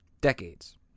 Decades